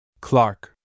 Clark